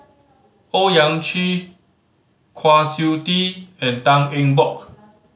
Owyang Chi Kwa Siew Tee and Tan Eng Bock